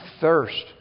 thirst